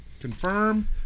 Confirm